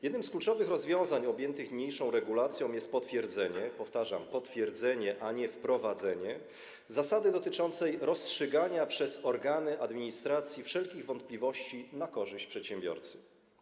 Jednym z kluczowych rozwiązań objętych niniejszą regulacją jest potwierdzenie, powtarzam, potwierdzenie, a nie wprowadzenie, zasady dotyczącej rozstrzygania przez organy administracji wszelkich wątpliwości na korzyść przedsiębiorcy.